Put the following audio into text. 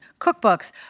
cookbooks